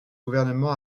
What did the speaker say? gouvernement